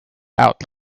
out